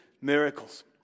miracles